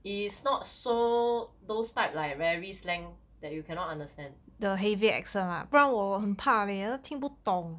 is not so those type like very slang that you cannot understand